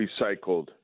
recycled